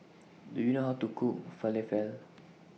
Do YOU know How to Cook Falafel